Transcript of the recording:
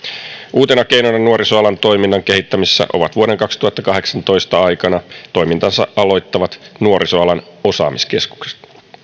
uutena keinona nuorisoalan toiminnan kehittämisessä ovat vuoden kaksituhattakahdeksantoista aikana toimintansa aloittavat nuorisoalan osaamiskeskukset